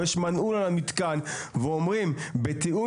ויש מנעול על המתקן ואומרים 'בתיאום